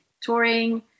touring